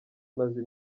imaze